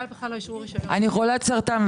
אני חולת סרטן.